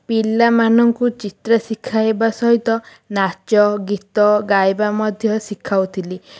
ପିଲାମାନଙ୍କୁ ଚିତ୍ର ଶିଖାଇବା ସହିତ ନାଚ ଗୀତ ଗାଇବା ମଧ୍ୟ ଶିଖାଉଥିଲି